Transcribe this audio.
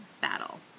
battle